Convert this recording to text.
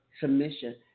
submission